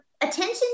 attention